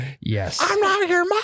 yes